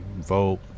vote